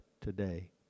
today